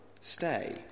stay